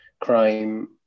crime